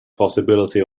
possibility